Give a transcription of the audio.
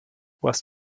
was